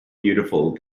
beautiful